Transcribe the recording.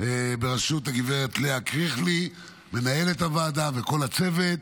בראשות גב' לאה קריכלי, מנהלת הוועדה, ולכל הצוות,